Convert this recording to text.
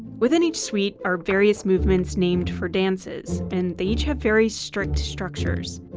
within each suite are various movements named for dances, and they each have very strict structures.